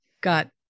got